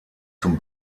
zum